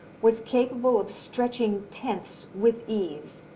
was capable of stretching tenths with ease.